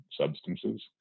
substances